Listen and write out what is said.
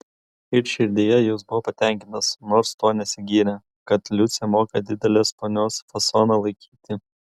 ir širdyje jis buvo patenkintas nors tuo nesigyrė kad liucė moka didelės ponios fasoną laikyti